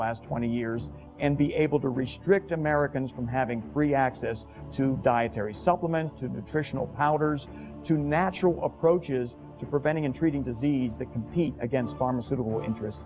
last twenty years and be able to restrict americans from having free access to dietary supplements to nutrition to natural approaches to preventing and treating disease that compete against pharmaceutical interest